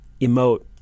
emote